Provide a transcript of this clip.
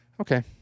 Okay